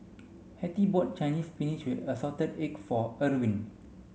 Hettie bought Chinese spinach with assorted eggs for Erving